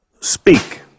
speak